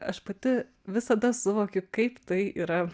aš pati visada suvokiu kaip tai yra